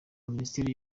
minisiteri